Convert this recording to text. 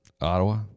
Ottawa